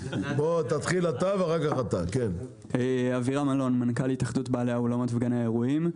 אני מנכ"ל התאחדות בעלי האולמות וגני אירועים.